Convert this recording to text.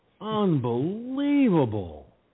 Unbelievable